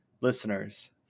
listeners